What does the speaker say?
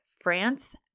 France